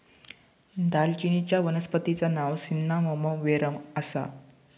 दालचिनीचच्या वनस्पतिचा नाव सिन्नामोमम वेरेम आसा